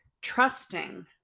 trusting